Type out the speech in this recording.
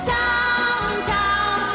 downtown